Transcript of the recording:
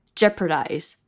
jeopardize